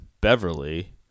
Beverly